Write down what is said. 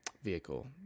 vehicle